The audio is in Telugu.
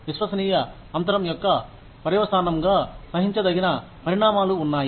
విశ్వసనీయ అంతరం యొక్క పర్యవసానంగా సహించదగిన పరిణామాలు ఉన్నాయి